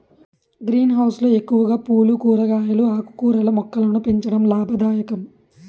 green house లో ఎక్కువగా పూలు, కూరగాయలు, ఆకుకూరల మొక్కలను పెంచడం లాభదాయకం